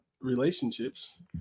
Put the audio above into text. relationships